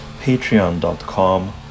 patreon.com